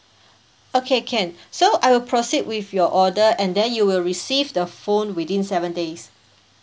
okay can so I will proceed with your order and then you will receive the phone within seven days